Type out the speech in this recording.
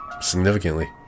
Significantly